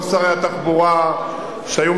כל שרי התחבורה שהיו,